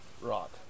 rock